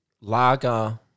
lager